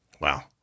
Wow